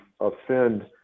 offend